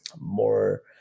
more